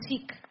sick